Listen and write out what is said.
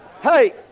Hey